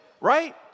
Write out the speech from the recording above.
right